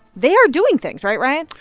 they are doing things, right ryan?